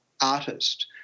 artist